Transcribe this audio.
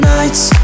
Nights